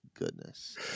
goodness